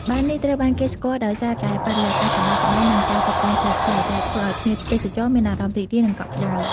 បារនេះត្រូវបានគេស្គាល់ដោយសារតែ បរិយាកាសសប្បាយៗ និងការតុបតែងប្លែកៗ ដែលធ្វើឲ្យភ្ញៀវទេសចរមានអារម្មណ៍រីករាយ និងកក់ក្ដៅ។